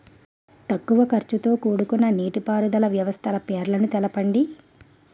తక్కువ ఖర్చుతో కూడుకున్న నీటిపారుదల వ్యవస్థల పేర్లను తెలపండి?